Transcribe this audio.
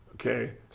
Okay